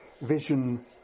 vision